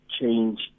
change